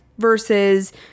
versus